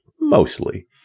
mostly